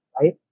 right